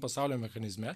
pasaulio mechanizme